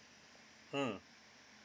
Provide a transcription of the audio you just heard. mm